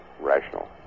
rational